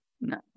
No